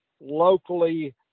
locally